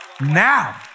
Now